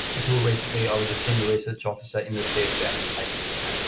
until recently, i was a senior research officer in the cfca information exchange